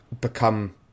become